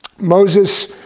Moses